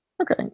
Okay